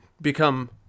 become